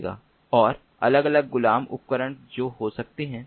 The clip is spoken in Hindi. और अलग अलग गुलाम उपकरण हो सकते हैं